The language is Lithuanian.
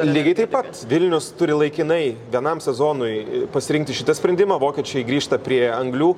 lygiai taip pat vilnius turi laikinai vienam sezonui pasirinkti šitą sprendimą vokiečiai grįžta prie anglių